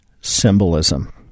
symbolism